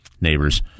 neighbors